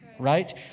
Right